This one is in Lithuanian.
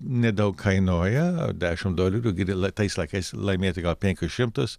nedaug kainuoja dešimt dolerių gali tais laikais laimėti penkis šimtus